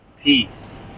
peace